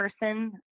person